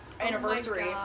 anniversary